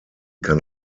kann